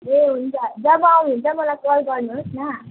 ए हुन्छु जब आउनुहुन्छ मलाई कल गर्नुहोस् न